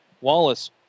Wallace